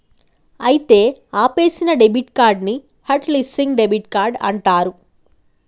అయితే ఆపేసిన debit card ని హట్ లిస్సింగ్ డెబిట్ కార్డ్ అంటారు